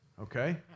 okay